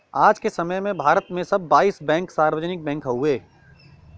आज के समय में भारत में सब बाईस बैंक सार्वजनिक बैंक हउवे